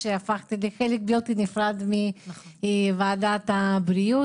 אני שמחה שהפכתי להיות חלק בלתי נפרד מוועדת הבריאות.